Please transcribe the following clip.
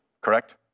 correct